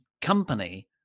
company